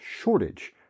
shortage